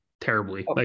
terribly